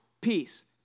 peace